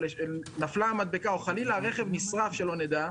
נפלה המדבקה או חלילה הרכב נשרף שלא נדע,